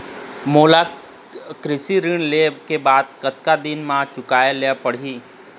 मोला कृषि ऋण लेहे के बाद कतका दिन मा चुकाए ले पड़ही?